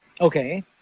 Okay